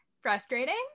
frustrating